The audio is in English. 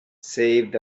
saved